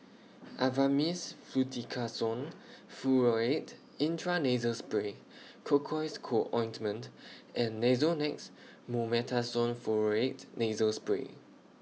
Avamys Fluticasone Furoate Intranasal Spray Cocois Co Ointment and Nasonex Mometasone Furoate Nasal Spray